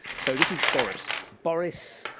so this is boris. boris,